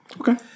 Okay